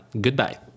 Goodbye